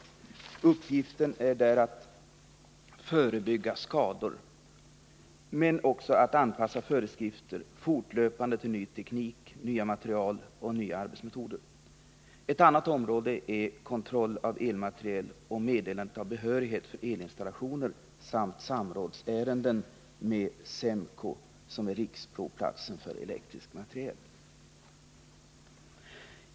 Dess uppgift är att förebygga skador och att fortlöpande anpassa föreskrifter till ny teknik, hya material och nya arbetsmetoder. Ett annat område är kontroll av elmateriel och meddelande av behörighet för elinstallationer samt handläggning av samrådsärenden med SEMKO, som är riksprovplats för elektrisk materiel.